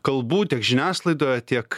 kalbų tiek žiniasklaidoje tiek